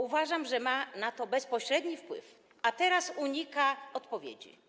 Uważam, że ma na to bezpośredni wpływ, a teraz unika odpowiedzi.